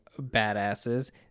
badasses